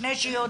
לפני שיוצאים.